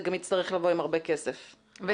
זה גם יצטרך לבוא עם הרבה כסף וסמכויות.